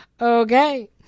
Okay